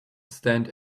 stand